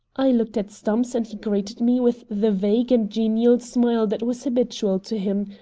i looked at stumps and he greeted me with the vague and genial smile that was habitual to him,